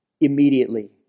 Immediately